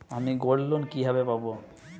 আমি গোল্ডলোন কিভাবে পাব?